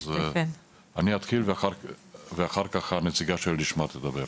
אני אתחיל ואחר כך הנציגה של לשמ"ה תדבר.